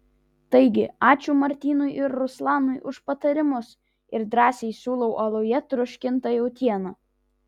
taigi ačiū martynui ir ruslanui už patarimus ir drąsiai siūlau aluje troškintą jautieną